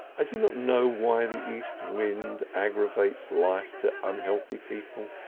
i do not know why the east wind aggravates life to unhealthy people.